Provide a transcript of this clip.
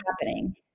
happening